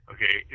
Okay